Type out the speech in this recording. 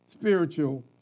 spiritual